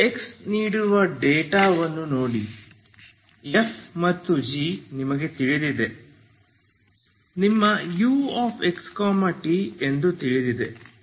ನೀವು ನೀಡಿರುವ ಡೇಟಾವನ್ನು ನೋಡಿ f ಮತ್ತು g ನಿಮಗೆ ತಿಳಿದಿದೆ ನಿಮ್ಮ uxt ಎಂದು ತಿಳಿದಿದೆ